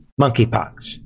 monkeypox